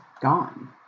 gone